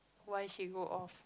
why she go off